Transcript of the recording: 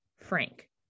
frank